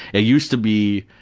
it used to be,